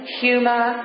humor